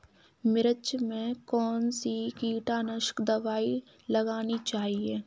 मिर्च में कौन सी कीटनाशक दबाई लगानी चाहिए?